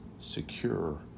secure